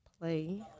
play